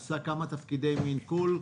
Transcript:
עשה כמה תפקידי מנכ"ל.